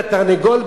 לתרנגול,